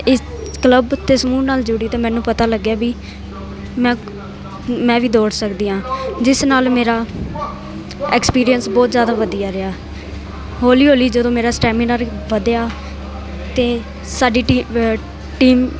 ਇਸ ਕਲੱਬ ਉੱਤੇ ਸਮੂਹ ਨਾਲ ਜੁੜੀ ਤਾਂ ਮੈਨੂੰ ਪਤਾ ਲੱਗਿਆ ਵੀ ਮੈਂ ਮੈਂ ਵੀ ਦੌੜ ਸਕਦੀ ਹਾਂ ਜਿਸ ਨਾਲ ਮੇਰਾ ਐਕਸਪੀਰੀਅੰਸ ਬਹੁਤ ਜ਼ਿਆਦਾ ਵਧੀਆ ਰਿਹਾ ਹੌਲੀ ਹੌਲੀ ਜਦੋਂ ਮੇਰਾ ਸਟੈਮਿਨਾਰ ਵਧਿਆ ਅਤੇ ਸਾਡੀ ਟੀ ਟੀਮ